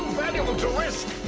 valuable to risk!